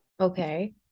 Okay